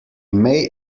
may